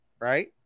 Right